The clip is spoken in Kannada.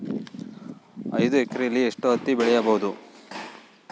ಐದು ಎಕರೆಯಲ್ಲಿ ಎಷ್ಟು ಹತ್ತಿ ಬೆಳೆಯಬಹುದು?